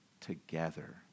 together